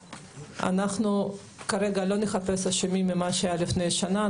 אנחנו כרגע לא נחפש אשמים על מה שהיה לפני שנה.